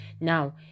now